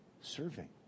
Serving